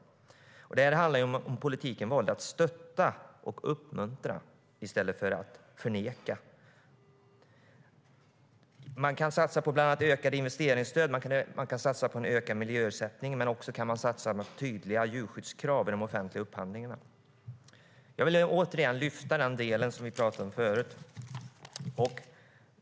Detta handlar om hur det skulle vara om politiken valde att stötta och uppmuntra i stället för att förneka. Jag vill återigen lyfta fram den del som vi talade om förut.